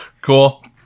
Cool